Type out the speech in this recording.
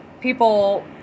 people